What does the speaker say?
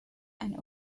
and